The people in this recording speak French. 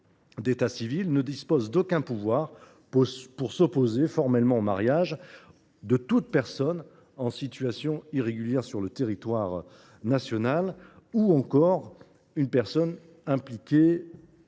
d’état civil, ne dispose d’aucun pouvoir pour s’opposer formellement au mariage de toute personne présente en situation irrégulière sur le territoire national, ou encore d’une personne soumise